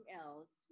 else